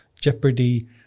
Jeopardy